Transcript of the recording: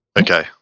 Okay